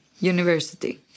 University